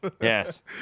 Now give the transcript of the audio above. Yes